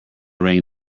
rang